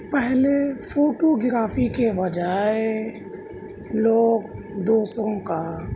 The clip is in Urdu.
پہلے فوٹو گرافی کے بجائے لوگ دوسروں کا